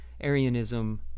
arianism